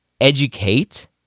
educate